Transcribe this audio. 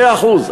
מאה אחוז.